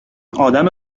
ادم